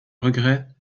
regret